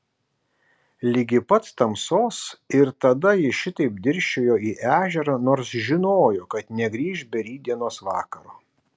ligi pat tamsos ir tada ji šitaip dirsčiojo į ežerą nors žinojo kad negrįš be rytdienos vakaro